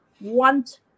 want